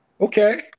Okay